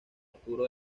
arturo